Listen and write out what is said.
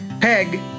PEG